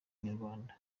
inyarwanda